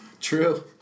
True